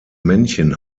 männchen